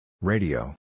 Radio